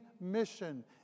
mission